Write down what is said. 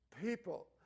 people